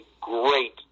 great